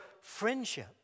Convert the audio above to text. friendship